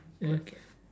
okay